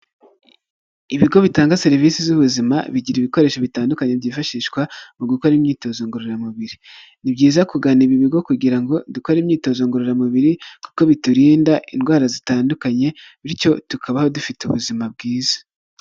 Ibigo bitanga serivisi z'ubuzima bigira ibikoresho bitandukanye byifashishwa mu gukora imyitozo ngororamubiri, ni byiza kugana ibi bigo kugira ngo dukore imyitozo ngororamubiri kuko biturinda indwara zitandukanye bityo tukabaho dufite ubuzima bwiza.